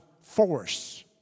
force